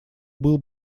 был